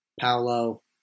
Paolo